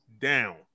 down